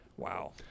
Wow